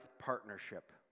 partnership